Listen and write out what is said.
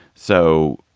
so